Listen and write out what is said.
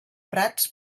prats